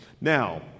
Now